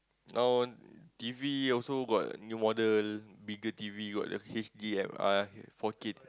none T_V also got new model bigger T_V got H_D_M_R four-K